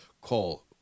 call